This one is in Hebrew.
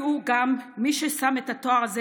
יהיו גם כאלה ששם התואר הזה,